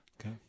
Okay